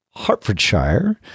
Hertfordshire